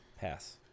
Pass